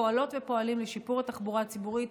אנו פועלות ופועלים לשיפור התחבורה הציבורית.